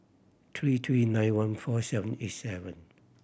three three nine one four seven eight seven